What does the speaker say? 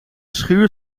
schuur